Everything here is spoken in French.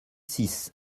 six